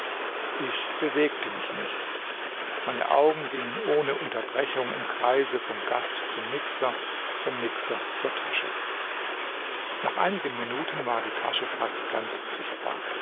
ich bewegte mich nicht meine augen gingen ohne unterbrechung im kreise vom gast zum mixer vom mixer zur tasche nach einigen minuten war die tasche fast ganz sichtbar